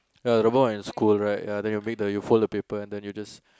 ya the boy will scold right then you make the you fold the paper and then you just